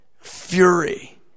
fury